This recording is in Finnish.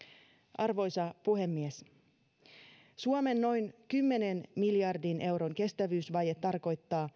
arvoisa puhemies suomen noin kymmenen miljardin euron kestävyysvaje tarkoittaa